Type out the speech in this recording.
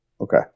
Okay